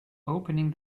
opening